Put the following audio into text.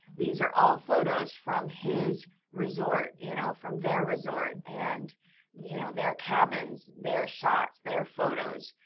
these are all photos from his resort, you know from their resort. and you know their cabins, their shots, their photos.